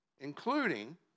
Including